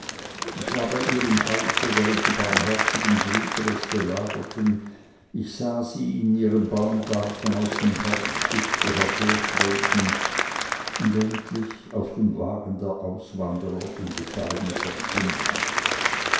ich war bei ihr im hause während die barmherzigen brüder es belagerten ich sah sie in ihrem baumgarten aus dem herbstdufte hervortreten und endlich auf dem wagen der auswanderer in die ferne verschwinden